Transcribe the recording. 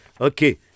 Okay